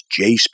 Jace